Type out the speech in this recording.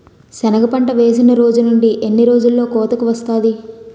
సెనగ పంట వేసిన రోజు నుండి ఎన్ని రోజుల్లో కోతకు వస్తాది?